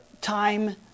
time